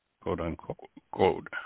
quote-unquote